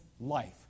life